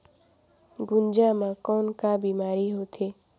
गुनजा मा कौन का बीमारी होथे?